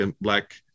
black